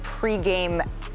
pregame